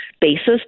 basis